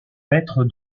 mettre